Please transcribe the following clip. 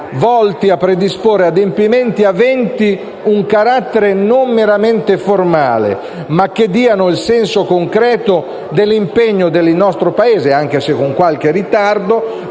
volti a predisporre adempimenti aventi un carattere non meramente formale, ma che diano il senso concreto dell'impegno del nostro Paese, anche se con qualche ritardo,